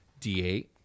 D8